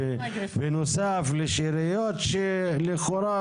ינאי שני, קרן קיימת לישראל.